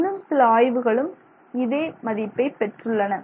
இன்னும் சில ஆய்வுகளும் இதே மதிப்பை பெற்றுள்ளன